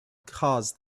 caused